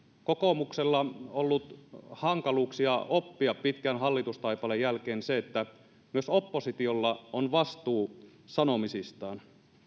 kokoomuksella ollut hankaluuksia oppia pitkän hallitustaipaleen jälkeen se että myös oppositiolla on vastuu sanomisistaan